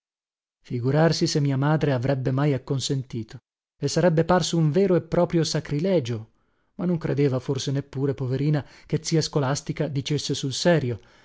figurarsi se mia madre avrebbe mai acconsentito le sarebbe parso un vero e proprio sacrilegio ma non credeva forse neppure poverina che zia scolastica dicesse sul serio